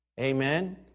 Amen